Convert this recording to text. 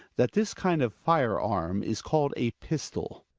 that this kind of fire-arm is called a pistol.